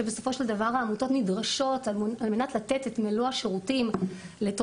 שבסופו של דבר העמותות נדרשות אליו על מנת לתת את מלוא